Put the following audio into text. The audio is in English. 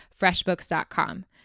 FreshBooks.com